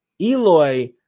Eloy